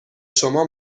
شما